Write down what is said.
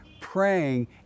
praying